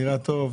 נראה טוב,